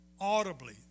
audibly